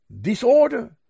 Disorder